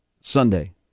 Sunday